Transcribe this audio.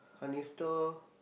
honey store